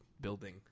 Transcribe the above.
building